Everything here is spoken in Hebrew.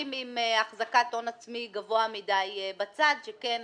עם החזקת הון עצמי גבוה מדי בצד שכן,